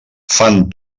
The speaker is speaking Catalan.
fan